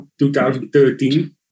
2013